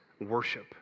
worship